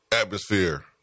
atmosphere